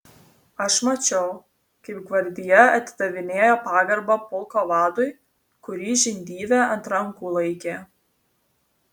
aš mačiau kaip gvardija atidavinėjo pagarbą pulko vadui kurį žindyvė ant rankų laikė